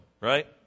right